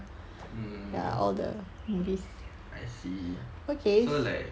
mm I see so like